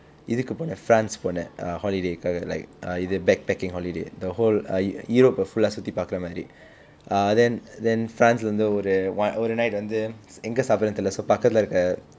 இதுக்கு போனேன்:ithukku ponen france போனேன்:ponen err holiday காக:kaaka like uh இது:ithu backpacking holiday the whole europe eh full ah சுற்றி பார்க்கிற மாதிரி:sutri paarkkira maathiri ah then then france இல்ல வந்து ஒரு:illa vanthu oru one ஒரு:oru night வந்து எங்க சாப்பிடன்னு தெரியில்லை:vanthu enga sappidannu theriyillai so பக்கத்தில் இருக்கிற:pakkatthil irukkira